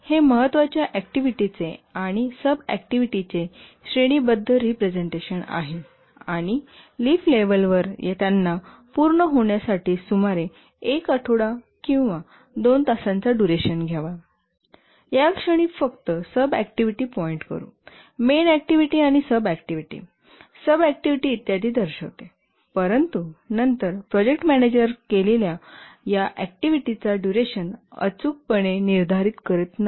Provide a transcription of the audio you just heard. तर हे महत्त्वाच्या ऍक्टिव्हिटीचे आणि सब ऍक्टिव्हिटीचे श्रेणीबद्ध रिप्रेझेन्टेशन आहे आणि लीफ लेव्हलवर त्यांना पूर्ण होण्यासाठी सुमारे एक आठवडा किंवा 2 तासांचा डुरेशन घ्यावा याक्षणी फक्त सब ऍक्टिव्हिटी पॉईंट करू मेन ऍक्टिव्हिटी आणि सब ऍक्टिव्हिटी सब ऍक्टिव्हिटी इत्यादी दर्शविते परंतु नंतर प्रोजेक्ट मॅनेजर नंतर केलेल्या या ऍक्टिव्हिटीचा डुरेशन अचूकपणे निर्धारित करीत नाही